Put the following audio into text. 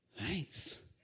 thanks